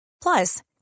Plus